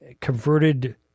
converted